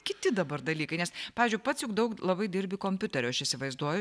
kiti dabar dalykai nes pavyzdžiui pats juk daug labai dirbi kompiuteriu aš įsivaizduoju